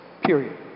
Period